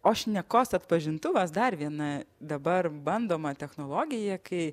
o šnekos atpažintuvas dar viena dabar bandoma technologija kai